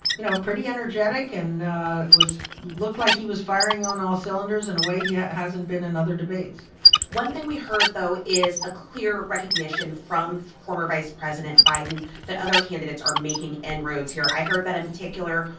you know, pretty energetic and was looked like he was firing on all cylinders in a way he hasn't been in and other debates one thing we heard, though, is a clear recognition from former vice president biden that other candidates are making inroads here. i heard that, in particular,